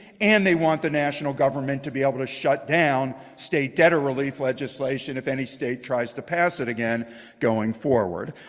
and they want the national government to be able to shut down state debtor relief legislation, if any state tries to pass it again going forward.